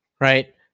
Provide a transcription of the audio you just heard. right